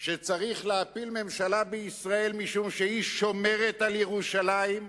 שצריך להפיל ממשלה בישראל משום שהיא שומרת על ירושלים?